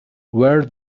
were